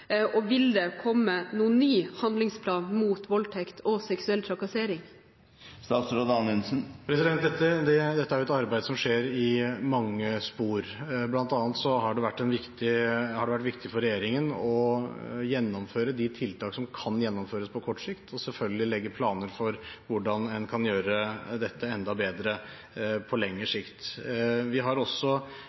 og vil det komme noen ny handlingsplan mot voldtekt og seksuell trakassering? Dette er et arbeid som skjer i mange spor, bl.a. har det vært viktig for regjeringen å gjennomføre de tiltak som kan gjennomføres på kort sikt, og selvfølgelig legge planer for hvordan en kan gjøre dette enda bedre på lengre sikt. Vi har også